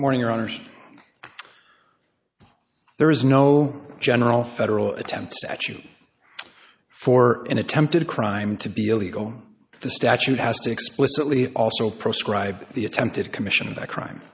re morning or honors there is no general federal attempts action for an attempted crime to be illegal the statute has to explicitly also prescribe the attempted commission of the crime